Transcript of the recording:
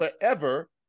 forever